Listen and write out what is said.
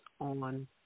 on